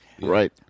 Right